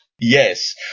Yes